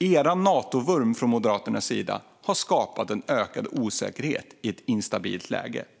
Moderaternas vurm för Nato har skapat en ökad osäkerhet i ett instabilt läge.